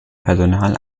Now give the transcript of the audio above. personal